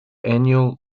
annual